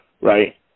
right